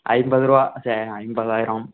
ஐம்பதுரூபா சரி ஐம்பதாயிரம்